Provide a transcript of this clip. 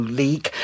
leak